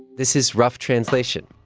this is rough translation